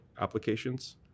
applications